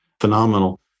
phenomenal